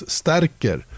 stärker